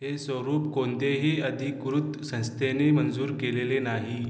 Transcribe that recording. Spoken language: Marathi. हे स्वरूप कोणत्याही अधिकृत संस्थेने मंजूर केलेले नाही